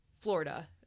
Florida